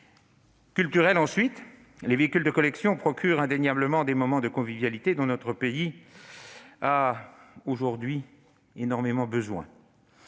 culturel, ensuite : les véhicules de collection procurent indéniablement des moments de convivialité dont notre pays a tant besoin